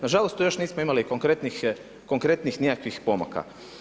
Na žalost tu još nismo imali konkretnih nikakvih pomaka.